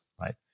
right